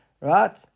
Right